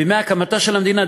בימי הקמתה של המדינה,